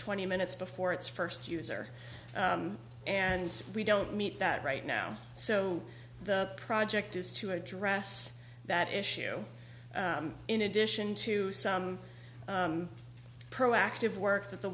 twenty minutes before its first user and we don't meet that right now so the project is to address that issue in addition to some proactive work that the